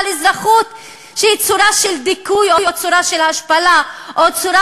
אזרחות שהיא צורה של דיכוי או צורה של השפלה או צורה